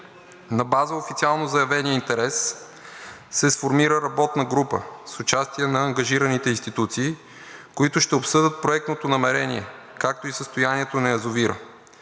На база официално заявения интерес се сформира работна група, с участие на ангажираните институции, които ще обсъдят проектното намерение, както и състоянието на язовира.